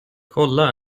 kolla